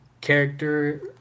character